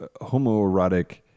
homoerotic